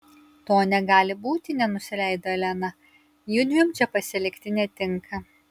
to negali būti nenusileido elena judviem čia pasilikti netinka